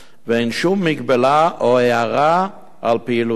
ואין שום הגבלה או הערה על פעילותה.